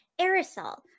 aerosol